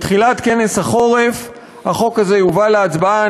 בתחילת כנס החורף החוק הזה יובא להצבעה.